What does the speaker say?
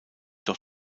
doch